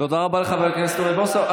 תודה רבה לחבר הכנסת אוריאל בוסו.